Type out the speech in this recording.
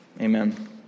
Amen